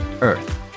earth